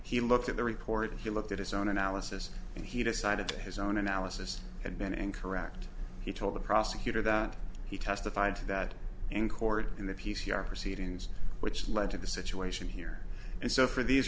he looked at the report he looked at his own analysis and he decided to his own analysis and then and correct he told the prosecutor that he testified to that in court in the p c r proceedings which led to the situation here and so for these